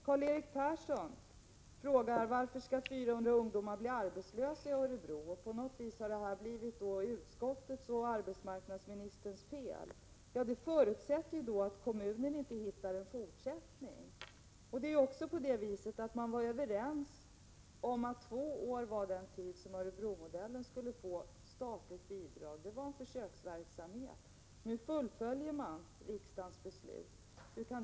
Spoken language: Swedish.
Karl-Erik Persson frågar varför 400 ungdomar skall bli arbetslösa i Örebro. Man vill på något sätt lägga skulden för detta på utskottet och arbetsmarknadsministern. Men förutsättningen är i sådana fall att kommunen inte förmår anvisa fortsatta åtgärder. Man var vidare överens om att försökverksamheten enligt Örebromodellen skulle få statligt bidrag under två år. Nu fullföljer man riksdagens beslut härom.